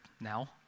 now